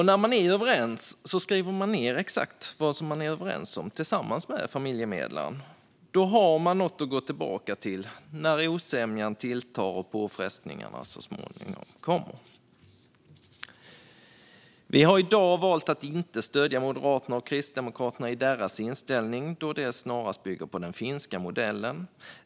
När man är överens skriver man ned exakt vad man är överens om tillsammans med familjemedlaren. Då har man något att gå tillbaka till när osämjan tilltar och påfrestningarna så småningom kommer. Vi har i dag valt att inte stödja Moderaterna och Kristdemokraterna i deras inställning, då den snarast bygger på den finska modellen.